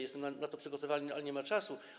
Jestem na to przygotowany, ale nie ma czasu.